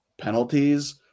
penalties